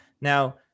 Now